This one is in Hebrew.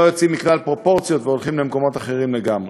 יוצאים מכלל פרופורציות והולכים למקומות אחרים לגמרי.